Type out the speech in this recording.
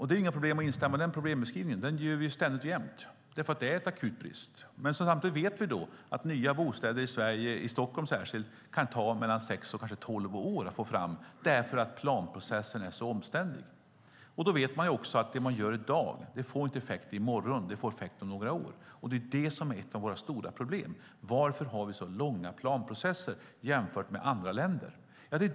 Det är inte svårt att instämma i den problembeskrivningen. Det gör vi ständigt och jämt, för det är en akut brist. Men samtidigt vet vi att nya bostäder i Sverige, särskilt i Stockholm, kan ta mellan sex och tolv år att få fram därför att planprocessen är så omständlig. Det man gör i dag får inte effekt i morgon utan först om några år. Det är ett av våra stora problem. Varför har vi så långa planprocesser jämfört med andra länder?